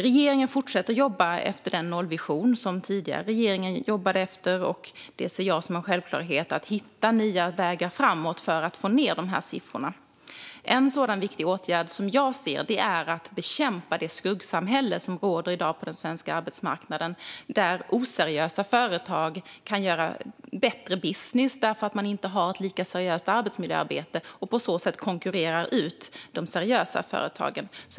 Regeringen fortsätter att jobba efter den nollvision som den tidigare regeringen jobbade efter och med att - det ser jag som en självklarhet - hitta nya vägar framåt för att få ned siffrorna. En viktig åtgärd jag ser är att bekämpa det skuggsamhälle som i dag finns på den svenska arbetsmarknaden. Där kan oseriösa företag göra bättre business, eftersom de inte har ett lika seriöst arbetsmiljöarbete. De kan på så sätt konkurrera ut de seriösa företagen.